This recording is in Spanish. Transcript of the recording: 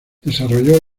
desarrolló